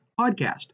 podcast